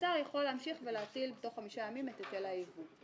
השר יכול להמשיך ולהטיל תוך חמישה ימים את היטל היבוא.